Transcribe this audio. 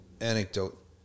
anecdote